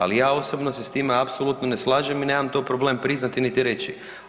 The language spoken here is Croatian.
Ali ja osobno se s time apsolutno ne slažem i nemam to problema priznati niti reći.